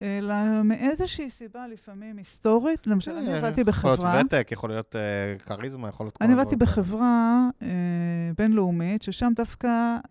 אלא מאיזושהי סיבה, לפעמים היסטורית, למשל, אני עבדתי בחברה... יכול להיות ותק, יכול להיות כריזמה, יכול להיות כל מיני... אני עבדתי בחברה בינלאומית ששם דווקא...